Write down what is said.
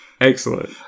excellent